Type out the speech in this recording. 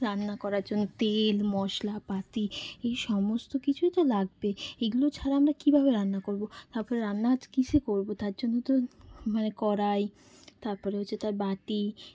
রান্না করার জন্য তেল মশলাপাতি এই সমস্ত কিছুই তো লাগবে এগুলো ছাড়া আমরা কীভাবে রান্না করব তারপর রান্না ত কীসে করব তার জন্য তো মানে কড়াই তার পরে হচ্ছে তার বাটি